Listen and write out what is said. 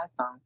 iPhone